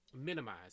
minimize